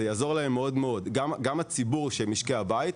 זה יעזור מאוד גם לציבור של משקי הבית,